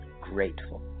grateful